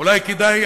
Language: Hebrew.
אולי כדאי,